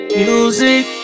music